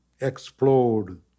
Explode